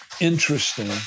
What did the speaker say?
interesting